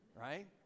right